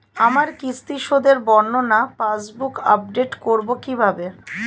আমার কিস্তি শোধে বর্ণনা পাসবুক আপডেট করব কিভাবে?